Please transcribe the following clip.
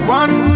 one